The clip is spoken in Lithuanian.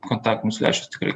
kontaktinius lęšius tikrai